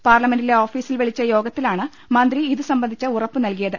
പാർലമെന്റിലെ ഓഫീസിൽ വിളിച്ച യോഗത്തിലാണ് മന്ത്രി ഇതുസംബന്ധിച്ച ഉറപ്പ് നൽകിയത്